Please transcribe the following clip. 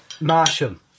Marsham